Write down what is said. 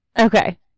Okay